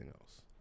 else